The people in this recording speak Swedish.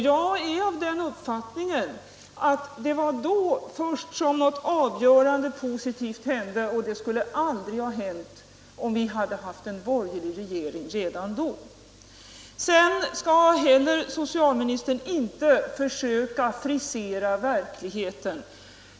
Jag är av den uppfattningen att det var först då som något avgörande positivt hände — och det skulle aldrig ha hänt om vi hade haft en borgerlig regering redan då. Socialministern skall inte heller försöka frisera verkligheten.